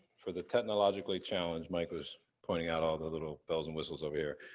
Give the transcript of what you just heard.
for the technologically-challenged, mike was pointing out all the little bells and whistles over here.